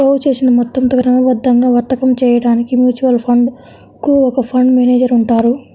పోగుచేసిన మొత్తంతో క్రమబద్ధంగా వర్తకం చేయడానికి మ్యూచువల్ ఫండ్ కు ఒక ఫండ్ మేనేజర్ ఉంటారు